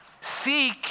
Seek